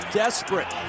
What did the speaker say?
desperate